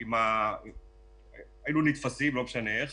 לא משנה איך.